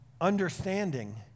understanding